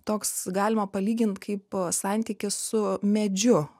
toks galima palygint kaip santykis su medžiu